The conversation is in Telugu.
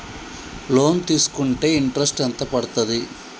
లోన్ తీస్కుంటే ఇంట్రెస్ట్ ఎంత పడ్తది?